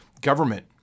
government